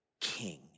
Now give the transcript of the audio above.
king